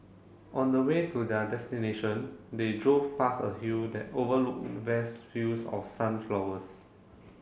on the way to their destination they drove past a hill that overlooked vast fields of sunflowers